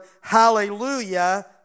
hallelujah